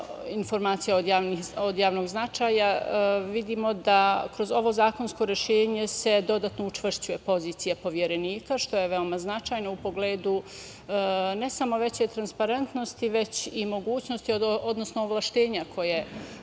informacija od javnog značaja, vidimo da kroz ovo zakonsko rešenje se dodatno učvršćuje pozicija Poverenika, što je veoma značajno u pogledu ne samo veće transparentnosti već i mogućnosti odnosno ovlašćenja koje